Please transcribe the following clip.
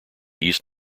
east